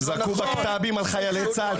שזרקו בקת"בים על חיילי צה"ל.